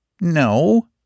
No